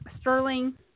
Sterling